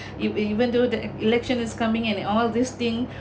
even even though the election is coming and all these thing